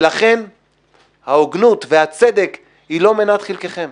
ולכן ההוגנות והצדק היא לא מנת חלקכם.